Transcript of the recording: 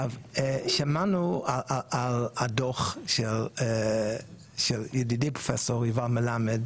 שמענו את הדוח של ידידי פרופ' יובל מלמד,